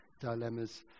dilemmas